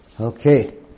Okay